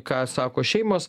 ką sako šeimos